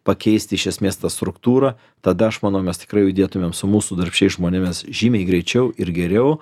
pakeisti iš esmės tą struktūrą tada aš manau mes tikrai judėtumėm su mūsų darbščiais žmonėmis žymiai greičiau ir geriau